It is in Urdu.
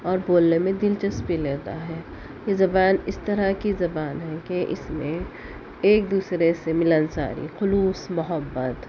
اور بولنے میں دلچسپی لیتا ہے یہ زبان اس طرح کی زبان ہے کہ اس میں ایک دوسرے سے ملنساری خلوص محبت